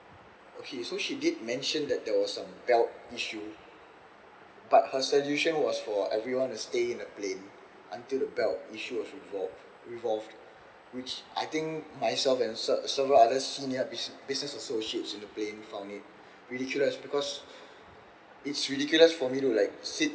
okay so she did mention that there was some belt issue but her solution was for everyone to stay in the plane until the belt issue was resolved revolved which I think myself and se~ several other senior bus~ business associates in the plane found it ridiculous because it's ridiculous for me to like sit